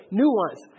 nuance